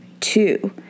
two